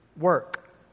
Work